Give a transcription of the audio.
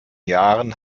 jahren